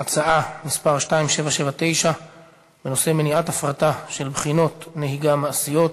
הצעה לסדר-היום מס' 2779 בנושא: מניעת ההפרטה של בחינות נהיגה מעשיות,